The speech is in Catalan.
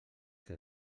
què